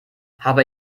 habe